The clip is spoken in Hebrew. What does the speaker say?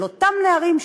של אותם נערים,